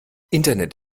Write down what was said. internet